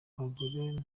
abagore